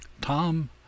Tom